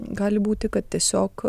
gali būti kad tiesiog